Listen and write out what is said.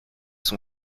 son